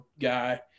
guy